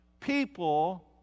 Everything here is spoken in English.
people